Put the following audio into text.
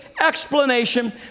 explanation